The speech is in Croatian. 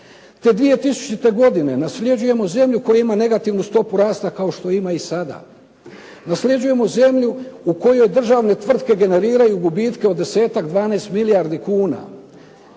Te 2000. godine nasljeđujemo zemlju koja ima negativnu stopu rasta, kao što ima i sada. Nasljeđujemo zemlju u kojoj državne tvrtke generiraju gubitke od desetak-dvanaest milijardi kuna.